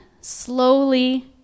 slowly